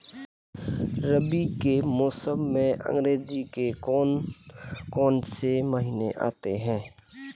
रबी के मौसम में अंग्रेज़ी के कौन कौनसे महीने आते हैं?